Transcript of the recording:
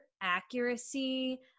accuracy